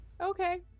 Okay